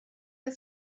der